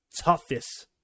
toughest